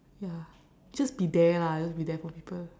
ya just be there lah just be there for people